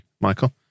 Michael